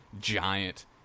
giant